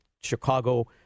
Chicago